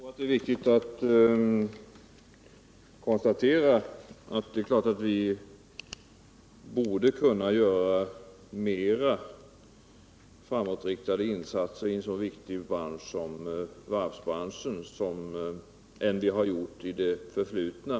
Herr talman! Jag tror det är angeläget att konstatera att vi givetvis borde kunna göra mer framåtriktade insatser i en så viktig bransch som varvsbranschen än vi har gjort idet förflutna.